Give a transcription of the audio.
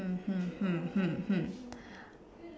hmm hmm hmm hmm hmm